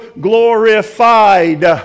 glorified